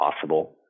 possible